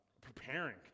preparing